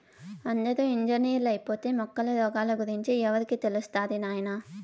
అందరూ ఇంజనీర్లైపోతే మొక్కల రోగాల గురించి ఎవరికి తెలుస్తది నాయనా